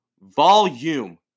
Volume